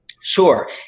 Sure